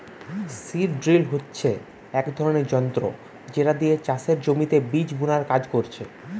seed drill হচ্ছে এক ধরণের যন্ত্র যেটা দিয়ে চাষের জমিতে বীজ বুনার কাজ করছে